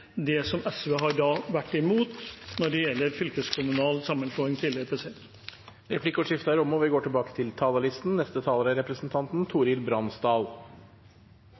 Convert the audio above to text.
det som SV har vært imot når det gjelder fylkeskommunal sammenslåing, tidligere. Replikkordskiftet er omme. Dette er